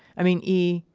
i mean, e,